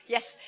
Yes